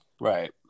Right